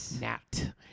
Nat